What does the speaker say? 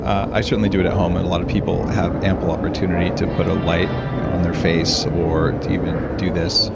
i certainly do it at home and a lot of people have ample opportunity to put a light on their face or to even do this,